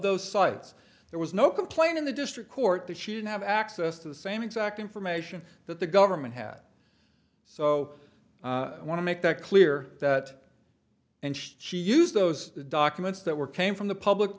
those sites there was no complaint in the district court that she didn't have access to the same exact information that the government had so i want to make that clear that and she used those documents that were came from the public